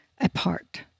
apart